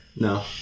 No